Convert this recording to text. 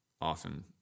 often